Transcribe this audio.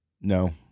No